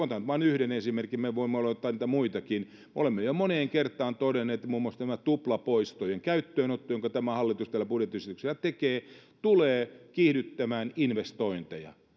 otan nyt vain yhden esimerkin mutta me voimme ottaa niitä muitakin me olemme jo jo moneen kertaan todenneet että muun muassa tämä tuplapoistojen käyttöönotto jonka tämä hallitus tällä budjettiesityksellä tekee tulee kiihdyttämään investointeja